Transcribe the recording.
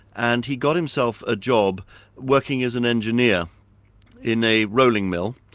and he got himself a job working as an engineer in a rolling mill,